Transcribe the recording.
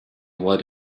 what